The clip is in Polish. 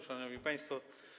Szanowni Państwo!